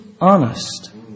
honest